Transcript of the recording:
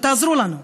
תעזרו לנו.